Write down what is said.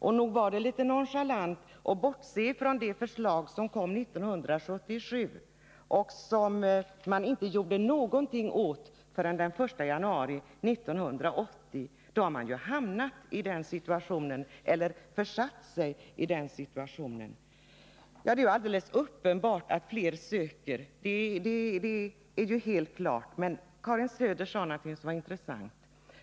Och nog var det litet nonchalant att bortse från det förslag som lades fram av verket 1977 — som man inte gjorde någonting åt förrän den 1 januari 1980. Regeringen har helt enkelt försatt sig i dagens situation. Det är alldeles uppenbart att fler söker delpension. Men Karin Söder sade någonting som var intressant.